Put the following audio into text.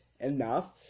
enough